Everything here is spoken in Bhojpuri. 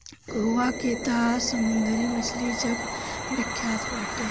गोवा के तअ समुंदरी मछली जग विख्यात बाटे